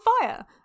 fire